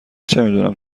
چمیدونم